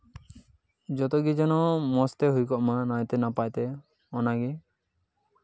ᱡᱚᱛᱚ ᱜᱮ ᱡᱮᱱᱚ ᱢᱚᱡᱽ ᱛᱮ ᱦᱩᱭ ᱠᱚᱜ ᱢᱟ ᱱᱟᱭᱛᱮ ᱱᱟᱯᱟᱭ ᱛᱮ ᱚᱱᱟᱜᱮ